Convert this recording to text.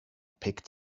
picked